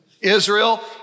Israel